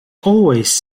always